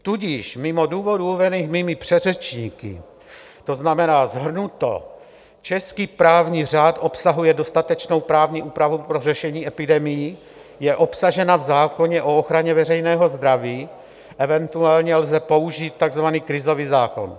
Tudíž mimo důvodů uvedených mými předřečníky, to znamená shrnuto: český právní řád obsahuje dostatečnou právní úpravu pro řešení epidemií, je obsažena v zákoně o ochraně veřejného zdraví, eventuálně lze použít takzvaný krizový zákon.